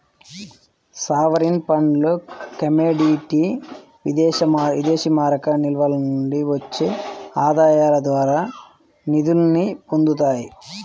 sovereign ఫండ్లు commodity విదేశీమారక నిల్వల నుండి వచ్చే ఆదాయాల ద్వారా నిధుల్ని పొందుతాయి